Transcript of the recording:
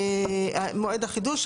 מועד החידוש.